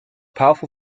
powerful